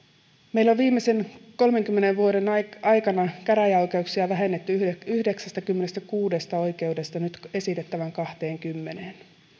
meillä on viimeisen kolmenkymmenen vuoden aikana käräjäoikeuksia vähennetty yhdeksästäkymmenestäkuudesta oikeudesta nyt esitettävään kahteenkymmeneen